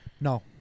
No